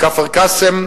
כפר-קאסם,